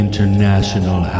International